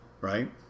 Right